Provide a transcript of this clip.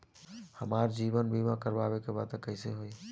हमार जीवन बीमा करवावे के बा त कैसे होई?